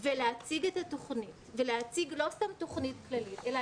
ולהציג את התוכנית ולהציג לא סתם תוכנית כללית אלא